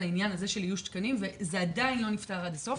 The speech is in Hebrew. העניין הזה של איוש תקנים וזה עדיין לא נפתר עד הסוף.